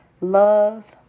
love